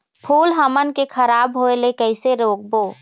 फूल हमन के खराब होए ले कैसे रोकबो?